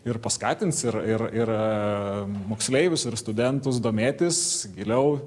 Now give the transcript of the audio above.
ir paskatins ir ir ir moksleivius ir studentus domėtis giliau